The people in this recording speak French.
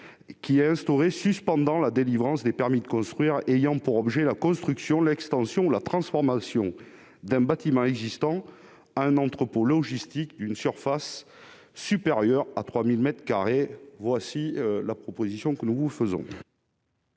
un moratoire suspendant la délivrance des permis de construire ayant pour objet la construction, l'extension ou la transformation d'un bâtiment existant en entrepôt logistique d'une surface supérieure à 3 000 mètres carrés. La parole est